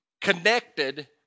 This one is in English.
connected